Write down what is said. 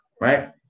Right